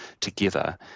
together